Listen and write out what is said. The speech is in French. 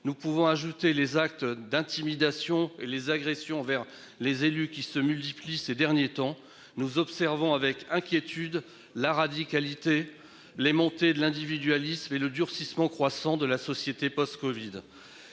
Nous pouvons ajouter les actes d'intimidation et les agressions envers les élus qui se multiplient ces derniers temps, nous observons avec inquiétude la radicalité les montée de l'individualisme et le durcissement croissant de la société post-Covid.